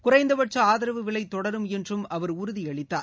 குறைந்தபட்ச ஆதரவு விலை தொடரும் என்றும் அவர் உறுதி அளித்தார்